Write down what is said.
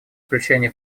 включения